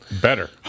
better